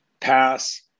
pass